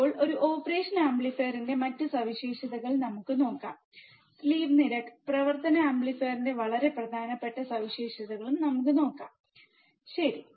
ഇപ്പോൾ ഒരു ഓപ്പറേഷൻ ആംപ്ലിഫയറിന്റെ മറ്റ് സവിശേഷതകൾ നമുക്ക് നോക്കാം സ്ലീവ്നിരക്ക് പ്രവർത്തന ആംപ്ലിഫയറിന്റെ വളരെ പ്രധാനപ്പെട്ട സവിശേഷതകൾ നമുക്ക് നോക്കാം സ്ലീവ്നിരക്ക് ശരി